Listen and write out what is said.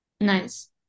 Nice